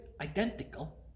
identical